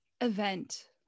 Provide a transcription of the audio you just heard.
event